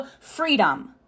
freedom